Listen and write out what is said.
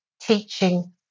teaching